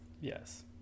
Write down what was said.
Yes